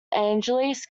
angeles